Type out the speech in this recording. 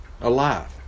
alive